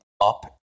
up